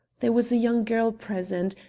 there was a young girl present,